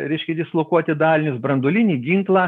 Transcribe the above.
reiškia dislokuoti dalinius branduolinį ginklą